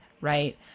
Right